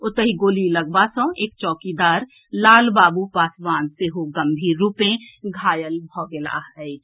ओतहि गोली लगबा सऽ एक चौकीदार लाल बाबू पासवान सेहो गंभीर रूपें घायल भेलाह अछि